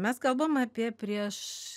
mes kalbam apie prieš